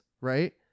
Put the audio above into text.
right